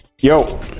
Yo